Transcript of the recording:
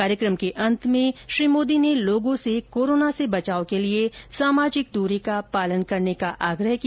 कार्यक्रम के अंत में श्री मोदी ने कोरोना से बचाव के लिए सामाजिक दूरी का पालन करने का आग्रह किया